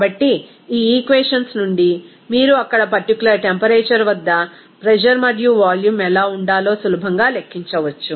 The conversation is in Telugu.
కాబట్టి ఈ ఈక్వేషన్స్ నుండి మీరు అక్కడ పర్టిక్యులర్ టెంపరేచర్ వద్ద ప్రెజర్ మరియు వాల్యూమ్ ఎలా ఉండాలో సులభంగా లెక్కించవచ్చు